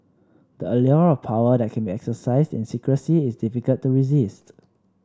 the allure of power that can be exercised in secrecy is difficult to resist